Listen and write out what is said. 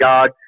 God